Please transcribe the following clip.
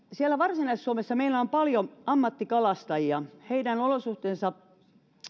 siellä varsinais suomessa meillä on paljon ammattikalastajia heidän olosuhteensa